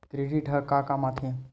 Credit ह का काम आथे?